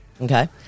Okay